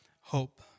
hope